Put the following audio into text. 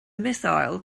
missile